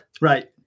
Right